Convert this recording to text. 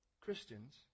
Christians